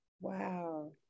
wow